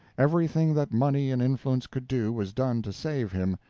everything that money and influence could do was done to save him,